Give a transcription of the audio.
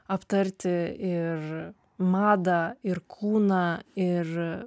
aptarti ir madą ir kūną ir